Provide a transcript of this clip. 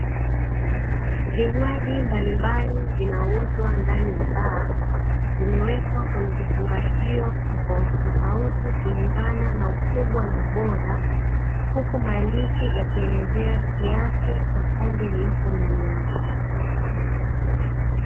Vinywaji mbalimbali vinauzwa ndani ya baa, vimewekwa kwenye vifungashio tofautitofauti kulinganga na ukubwa na ubora, huku maandishi yakielezea kiasi cha pombe iliyomo ndani yake.